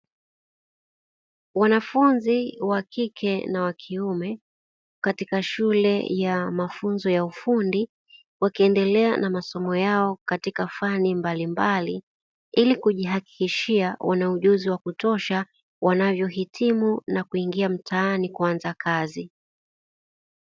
Wanafunzi wa kike na wakiume katika shule ya mafunzo ya ufundi wakiendelea na masomo yao katika fani mbalimbali ili kujihakikishia wana ujuzi wa kutosha wanavyohitimu na kuingia mtaani kuanza kazi.